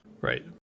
Right